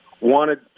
wanted